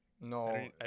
No